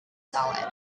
solid